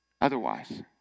otherwise